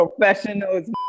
professionals